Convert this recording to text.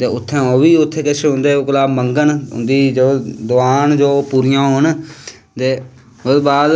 ते उत्थें ओह् बी उंदैे कोला दा कुश मंगन उंदियां दुआं न जो पूरियां होन ते ओह्दे बाद